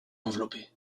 enveloppée